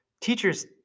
teachers